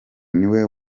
niwe